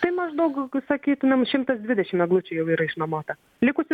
tai maždaug sakytumėm šimtas dvidešimt eglučių jau yra išnuomota likusių